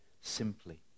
simply